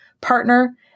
partner